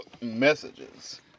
messages